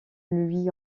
lui